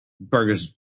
burgers